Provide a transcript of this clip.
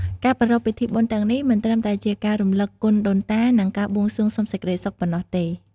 ការប្រារព្ធពិធីបុណ្យទាំងនេះមិនត្រឹមតែជាការរំលឹកគុណដូនតា និងការបួងសួងសុំសេចក្តីសុខប៉ុណ្ណោះទេ។